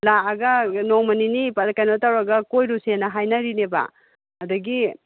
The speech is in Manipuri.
ꯂꯥꯛꯑꯒ ꯅꯣꯡꯃ ꯅꯤꯅꯤ ꯀꯩꯅꯣ ꯇꯧꯔꯒ ꯀꯣꯏꯔꯨꯁꯦꯅ ꯍꯥꯏꯅꯔꯤꯅꯦꯕ ꯑꯗꯒꯤ